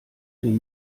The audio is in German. den